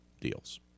deals